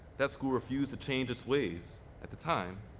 that school refused to change its ways at the time,